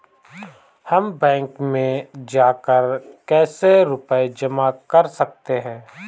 हम बैंक में जाकर कैसे रुपया जमा कर सकते हैं?